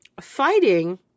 fighting